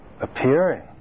appearing